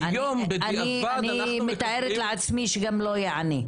-- אני מתארת לעצמי שגם לא יענה.